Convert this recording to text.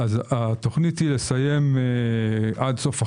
התוכנית היא לסיים עד סוף החודש,